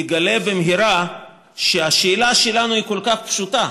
יגלה במהרה שהשאלה, שלנו היא כל כך פשוטה,